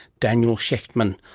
daniel shechtman,